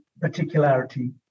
particularity